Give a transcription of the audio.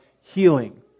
healing